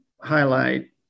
highlight